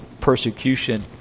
persecution